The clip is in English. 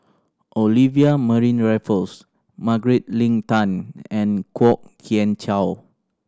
Olivia Raffles Margaret Leng Tan and Kwok Kian Chow